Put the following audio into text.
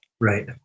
Right